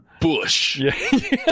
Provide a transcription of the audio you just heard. bush